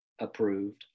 approved